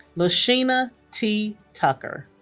lasheana t. tucker